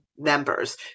members